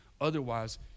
Otherwise